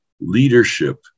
leadership